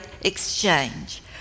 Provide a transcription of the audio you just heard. exchange